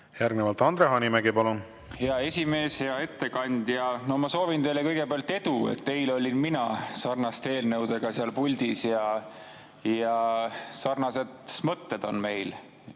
Järgnevalt, Andre Hanimägi, palun! Hea esimees! Hea ettekandja! Ma soovin teile kõigepealt edu! Eile olin mina sarnaste eelnõudega seal puldis ja sarnased mõtted on meil.